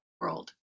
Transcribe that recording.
world